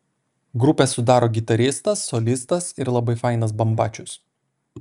grupę sudaro gitaristas solistas ir labai fainas bambačius